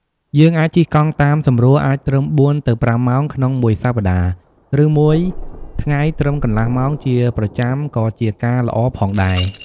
យើងអាចជិះកង់តាមសម្រួល អាចត្រឹម ៤ ទៅ ៥ម៉ោង ក្នុងមួយសប្ដាហ៍ ឬមួយថ្ងៃត្រឹមកន្លះម៉ោង ជាប្រចាំក៏ជាការល្អផងដែរ។